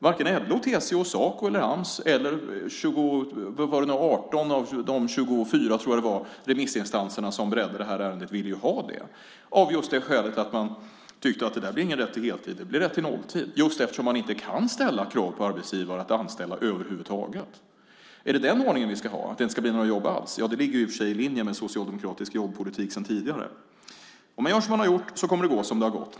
Varken LO, TCO eller Saco, Ams eller 18 av de 24 remissinstanser som beredde ärendet vill ha det, av just det skälet att de tyckte att det inte blir någon rätt till heltid, utan det blir en rätt till nolltid. Man kan inte ställa krav på arbetsgivare att anställa över huvud taget. Är det den ordningen vi ska ha, att det inte ska bli några jobb alls? Ja, det ligger i och för sig i linje med socialdemokratisk jobbpolitik sedan tidigare. Om man gör som man har gjort så kommer det att gå som det har gått.